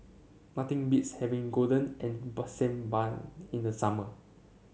nothing beats having golden and burn same bun in the summer